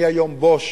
אני היום בוש